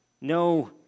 No